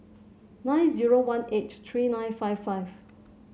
nine zero one eight three nine five five